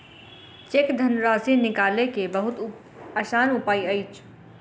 cheque धनराशि निकालय के बहुत आसान उपाय अछि